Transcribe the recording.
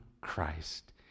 Christ